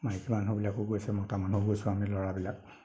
মাইকী মানুহবিলাকো গৈছে মতা মানুহো গৈছোঁ আমি ল'ৰাবিলাক